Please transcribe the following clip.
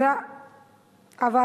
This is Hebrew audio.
אדוני היושב-ראש,